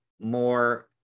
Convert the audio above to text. more